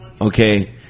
okay